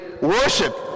worship